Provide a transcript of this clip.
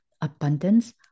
abundance